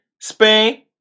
Spain